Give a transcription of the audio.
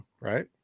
right